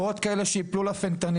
ולכל אלה שעוד ייפלו לפנטניל.